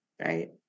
right